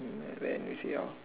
mm then we see how